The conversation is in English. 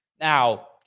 Now